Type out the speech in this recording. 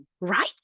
right